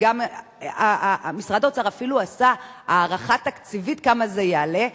וגם משרד האוצר אפילו עשה הערכה תקציבית כמה זה יעלה,